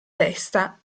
testa